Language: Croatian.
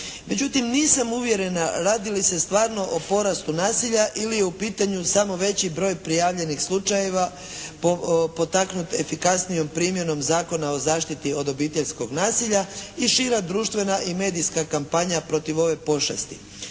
Međutim, nisam uvjerena radi li se stvarno o porastu nasilja ili je u pitanju samo veći broj prijavljenih slučajeva potaknut efikasnijom primjenom Zakona o zaštiti od obiteljskog nasilja i šira društvena i medijska kampanja protiv ove pošasti.